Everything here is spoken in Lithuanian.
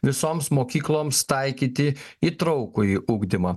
visoms mokykloms taikyti įtraukųjį ugdymą